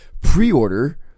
Pre-order